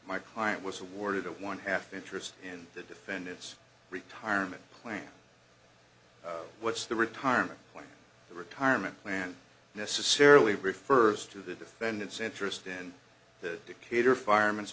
my client was awarded a one half interest in the defendant's retirement plan what's the retirement plan the retirement plan necessarily refers to the defendant's interest in the decatur fireman's